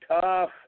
tough